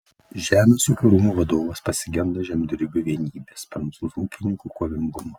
žemės ūkio rūmų vadovas pasigenda žemdirbių vienybės prancūzų ūkininkų kovingumo